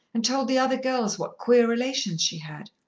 and told the other girls what queer relations she had.